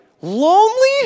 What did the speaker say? lonely